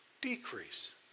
decrease